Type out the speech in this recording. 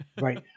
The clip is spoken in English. right